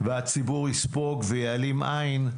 והציבור יספוג ויעלים עין,